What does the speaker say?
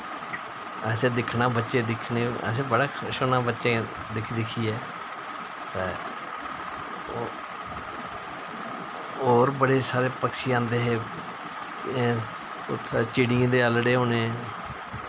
असें दिक्खना बच्चे दिक्खने असें बड़ा खुश होना बच्चें दिक्खी दिक्खियै ते होर बड़े सारे पक्षी आंदे हे उत्थें चिड़ियें दे आह्लड़े होने